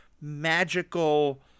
magical